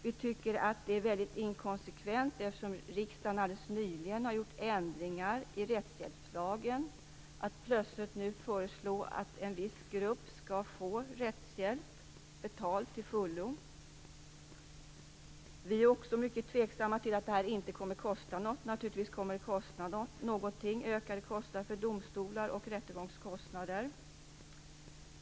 Vi tycker att det är inkonsekvent, eftersom riksdagen nyligen har gjort ändringar i rättshjälpslagen, att plötsligt nu föreslå att en viss grupp skall få rättshjälp betald till fullo. Vi är också mycket tveksamma när det gäller att det här inte skulle kosta någonting. Det kommer naturligtvis att kosta. Det blir ökade kostnader för domstolar och ökade rättegångskostnader.